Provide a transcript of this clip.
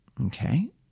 Okay